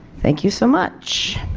thank you so much